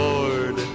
Lord